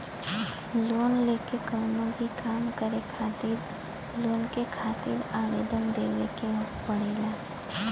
loan लेके कउनो भी काम करे खातिर लोन के खातिर आवेदन देवे के पड़ला